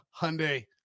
hyundai